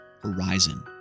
Horizon